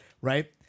right